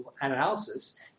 analysis